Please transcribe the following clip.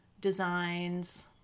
designs